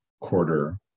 quarter